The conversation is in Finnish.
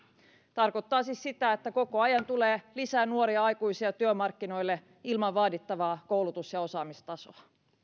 tarkoittaa siis sitä että koko ajan tulee lisää nuoria aikuisia työmarkkinoille ilman vaadittavaa koulutus ja osaamistasoa